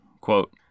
Quote